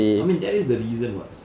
I mean that is the reason [what]